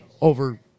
over